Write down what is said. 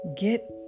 get